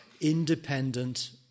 independent